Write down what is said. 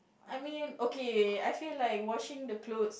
I mean okay I feel like washing the clothes